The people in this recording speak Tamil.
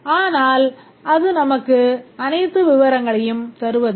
ஆனால் அது நமக்கு அனைத்து விவரங்களையும் தருவதில்லை